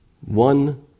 One